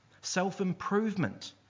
Self-improvement